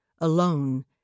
alone